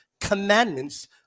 commandments